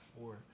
four